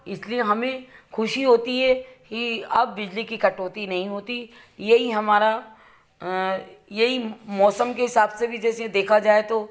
इसलिए हमें ख़ुशी होती है ही अब बिजली की कटौती नहीं होती यही हमारा यही मौसम के हिसाब से भी जैसे देखा जाए तो